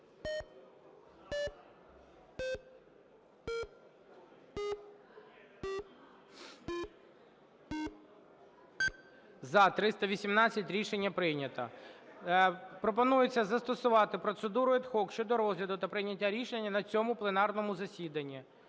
За-318 Рішення прийнято. Пропонується застосувати процедуру ad hoc щодо розгляду та прийняття рішення на цьому пленарному засіданні.